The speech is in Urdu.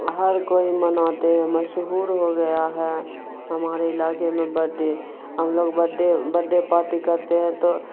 ہر کوئی مناتے ہیں مشہور ہو گیا ہے ہمارے علاقے میں بڈڈے ہم لوگ بڈڈے بڈڈے پارٹی کرتے ہیں تو